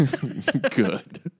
good